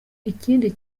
ikindi